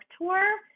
tour